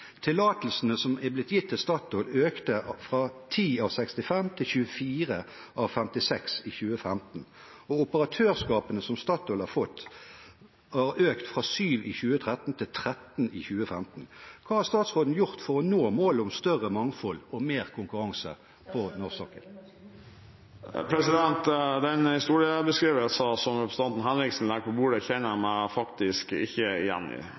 Tillatelsene som er blitt gitt til Statoil, økte fra 10 av 65 til 24 av 56 i 2015, og operatørskapene som Statoil har fått, har økt fra 7 i 2013 til 13 i 2015. Hva har statsråden gjort for å nå målet om større mangfold og mer konkurranse på sokkelen? Den historiebeskrivelsen som representanten Henriksen legger på bordet, kjenner jeg meg faktisk ikke igjen i.